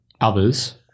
others